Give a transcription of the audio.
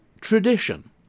tradition